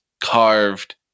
carved